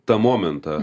tą momentą